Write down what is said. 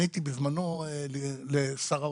פניתי בזמנו לשר האוצר,